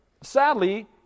sadly